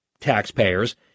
taxpayers